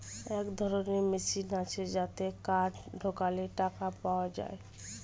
এক ধরনের মেশিন আছে যাতে কার্ড ঢোকালে টাকা পাওয়া যায়